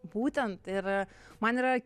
būtent ir man yra